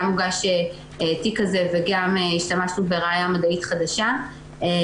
הוגש תיק כזה וגם השתמשנו בראיה מדעית חדשה,